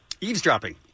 Eavesdropping